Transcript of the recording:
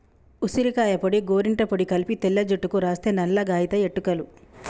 ఉసిరికాయ పొడి గోరింట పొడి కలిపి తెల్ల జుట్టుకు రాస్తే నల్లగాయితయి ఎట్టుకలు